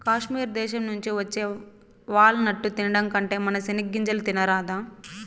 కాశ్మీర్ దేశం నుంచి వచ్చే వాల్ నట్టు తినడం కంటే మన సెనిగ్గింజలు తినరాదా